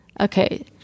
Okay